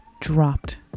dropped